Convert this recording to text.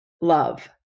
love